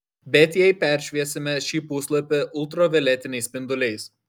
bet jei peršviesime šį puslapį ultravioletiniais spinduliais